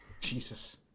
Jesus